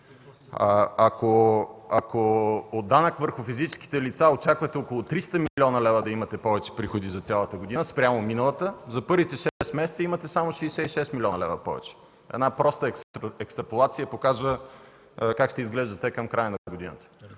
Ако от данък върху физическите лица очаквате около 300 млн. лв. да имате повече приходи за цялата година спрямо миналата – за първите шест месеца имате само 66 млн. лв. повече. Една проста екстраполация показва как ще изглеждат те към края на годината.